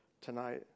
tonight